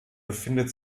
befindet